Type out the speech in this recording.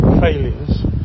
failures